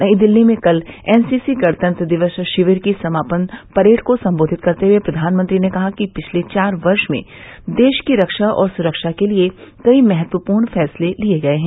नई दिल्ली में कल एनसीसी गणतंत्र दिवस शिविर की समापन परेड को संबोधित करते हुए प्रधानमंत्री ने कहा कि पिछले चार वर्ष में देश की रक्षा और सुरक्षा के लिए कई महत्वपूर्ण फैसले लिये गये हैं